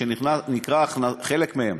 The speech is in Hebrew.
חלק מהן,